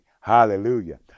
Hallelujah